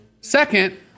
Second